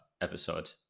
episode